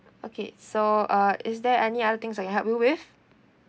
okay so uh is there any other things I can help you with